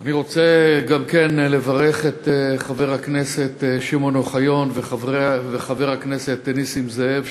אני רוצה גם כן לברך את חבר הכנסת שמעון אוחיון וחבר הכנסת נסים זאב,